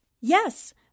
Yes